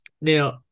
Now